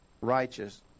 righteous